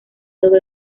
todo